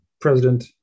President